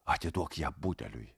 atiduok ją budeliui